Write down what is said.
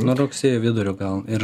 nuo rugsėjo vidurio gal ir